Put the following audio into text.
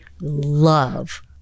love